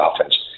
offense